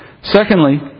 Secondly